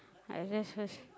I rest first